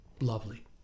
lovely